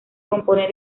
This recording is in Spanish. compone